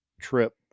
trip